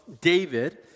David